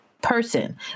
person